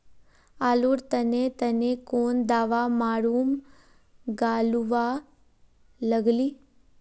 आलूर तने तने कौन दावा मारूम गालुवा लगली?